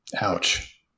Ouch